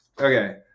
Okay